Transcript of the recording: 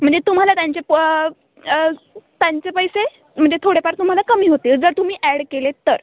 म्हणजे तुम्हाला त्यांचे प त्यांचे पैसे म्हणजे थोडेफार तुम्हाला कमी होतील जर तुम्ही ॲड केलेत तर